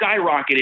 skyrocketed